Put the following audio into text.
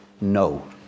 No